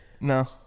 No